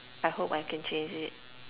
I hope I can change it